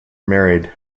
married